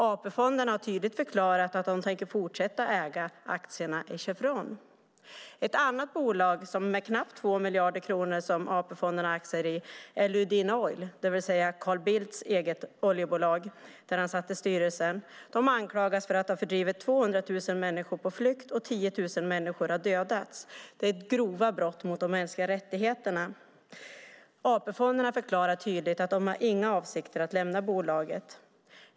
AP-fonderna har tydligt förklarat att de tänker fortsätta äga aktierna i Chevron. Ett annat bolag där AP-fonderna har aktier för knappt 2 miljarder kronor är Lundin Oil, det vill säga det oljebolag som Carl Bildt satt i styrelsen för. De anklagas för att ha drivit 200 000 människor på flykt, och 10 000 människor har dödats. Det är grova brott mot de mänskliga rättigheterna. AP-fonderna förklarar tydligt att de inte har några avsikter att lämna bolaget.